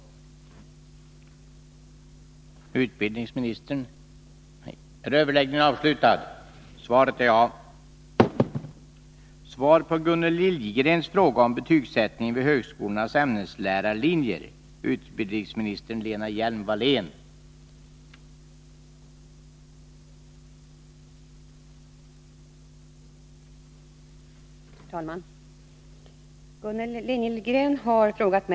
Tisdagen den